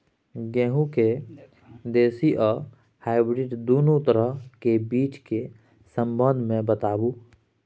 गेहूँ के देसी आ हाइब्रिड दुनू तरह के बीज के संबंध मे बताबू?